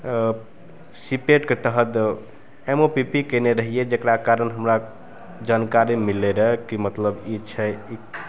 सीपेटके तहत M O P P कएने रहिए जकरा कारण हमरा जानकारी मिललै रहै कि मतलब ई छै ई